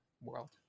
world